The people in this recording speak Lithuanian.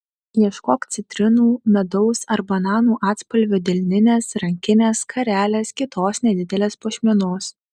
ieškok citrinų medaus ar bananų atspalvio delninės rankinės skarelės kitos nedidelės puošmenos